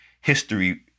history